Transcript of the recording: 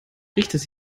nicht